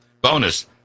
Bonus